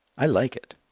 i like it.